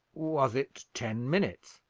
was it ten minutes?